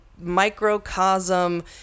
microcosm